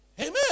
amen